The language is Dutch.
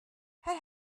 hij